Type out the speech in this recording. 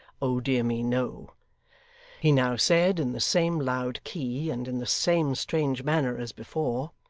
oh dear me! no he now said, in the same loud key, and in the same strange manner as before